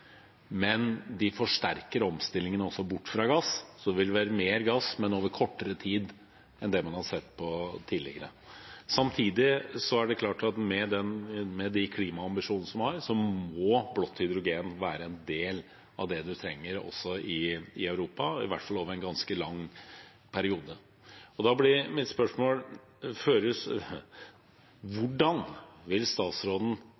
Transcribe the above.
men over kortere tid enn det man har sett på tidligere. Samtidig er det klart at med de klimaambisjonene som er, må blått hydrogen være en del av det man trenger også i Europa, i hvert fall over en ganske lang periode. Da blir mitt spørsmål: Hvordan vil statsråden